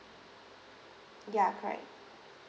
ya correct